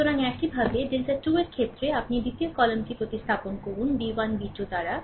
সুতরাং একইভাবে ডেল্টা 2 এর ক্ষেত্রে আপনি দ্বিতীয় কলামটি প্রতিস্থাপন করুন b 1 b 2 দ্বারা